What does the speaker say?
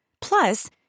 Plus